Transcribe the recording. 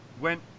went